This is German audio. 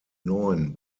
neun